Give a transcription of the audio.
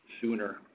sooner